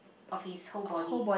of his whole body